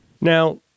Now